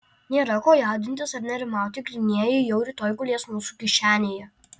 nėra ko jaudintis ar nerimauti grynieji jau rytoj gulės mūsų kišenėje